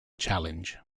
challenge